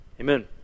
Amen